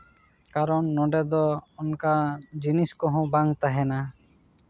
ᱠᱟᱨᱚᱱ ᱱᱚᱸᱰᱮ ᱫᱚ ᱚᱱᱠᱟ ᱡᱤᱱᱤᱥ ᱠᱚᱦᱚᱸ ᱵᱟᱝ ᱛᱟᱦᱮᱱᱟ